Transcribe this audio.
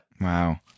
Wow